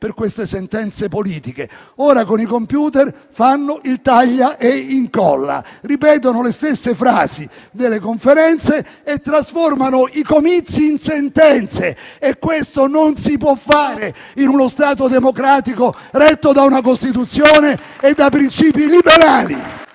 per queste sentenze politiche. Ora con i *computer* fanno il taglia e incolla; ripetono le stesse frasi delle conferenze e trasformano i comizi in sentenze. Questo non si può fare in uno Stato democratico retto da una Costituzione e da principi liberali.